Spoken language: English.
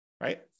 Right